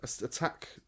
attack